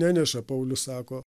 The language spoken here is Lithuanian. neneša paulius sako